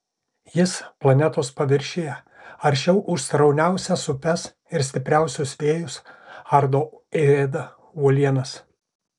jis planetos paviršiuje aršiau už srauniausias upes ir stipriausius vėjus ardo ėda uolienas